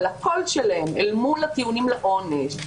אבל הקול שלהן אל מול הטיעונים לעונש,